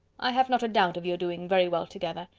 i have not a doubt of your doing very well together.